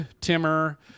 Timmer